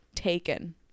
taken